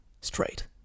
straight